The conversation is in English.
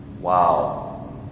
Wow